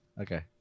Okay